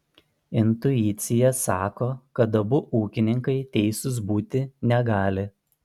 intuicija sako kad abu ūkininkai teisūs būti negali